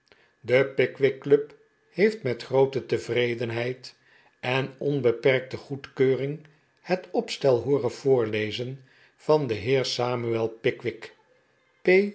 de pickwick club heeft met groote tevredenheid en onbeperkte goedkeuring het opstel hooren voorlezen van den heer samuel pickwick